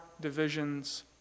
divisions